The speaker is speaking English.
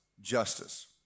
justice